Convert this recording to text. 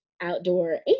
outdoor